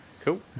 Cool